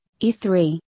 E3